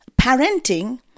parenting